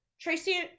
tracy